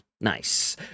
Nice